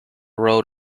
road